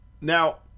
Now